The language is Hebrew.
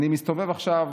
אני מסתובב עכשיו